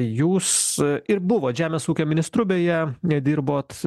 jūs ir buvot žemės ūkio ministru beje ir dirbot